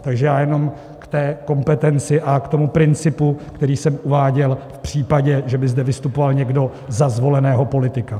Takže jenom k té kompetenci a k tomu principu, který jsem uváděl, v případě, že by zde vystupoval někdo za zvoleného politika.